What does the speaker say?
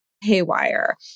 haywire